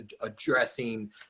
addressing